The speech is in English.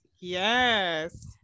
Yes